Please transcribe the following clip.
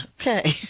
Okay